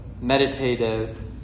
meditative